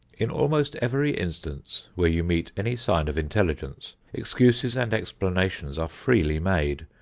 in almost every instance where you meet any sign of intelligence, excuses and explanations are freely made,